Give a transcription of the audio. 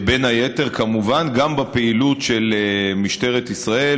בין היתר כמובן גם בפעילות של משטרת ישראל,